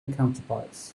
counterparts